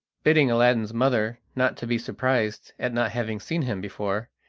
bidding aladdin's mother not to be surprised at not having seen him before,